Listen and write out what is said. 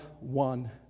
one